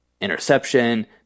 interception